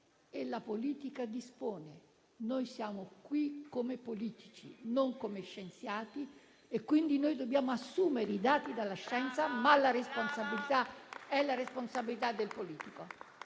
e la politica dispone. Noi siamo qui come politici, non come scienziati, quindi dobbiamo assumere i dati dalla scienza, ma la responsabilità è del politico